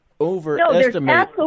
overestimate